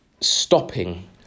stopping